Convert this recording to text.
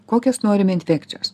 kokios norim infekcijos